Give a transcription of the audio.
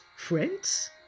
friends